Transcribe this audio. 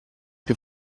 più